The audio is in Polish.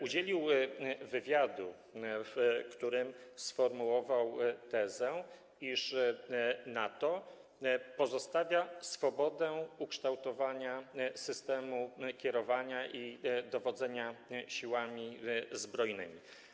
Udzielił wywiadu, w którym sformułował tezę, iż NATO pozostawia swobodę kształtowania systemu kierowania i dowodzenia siłami zbrojnymi.